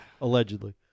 allegedly